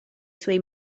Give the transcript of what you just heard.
suoi